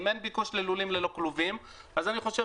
אם אין ביקוש ללולים ללא כלובים אז אני חושב